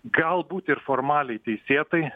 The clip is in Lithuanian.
galbūt ir formaliai teisėtai